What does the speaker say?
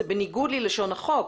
זה בניגוד ללשון החוק.